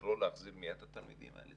צריכה לקרוא להחזיר מייד את התלמידים האלה,